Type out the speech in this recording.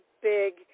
big